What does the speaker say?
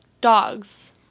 Dogs